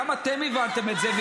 וגם אתם הבנתם את זה.